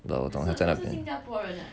but 我懂他在那边